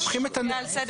לוקחים את --- לא.